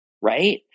Right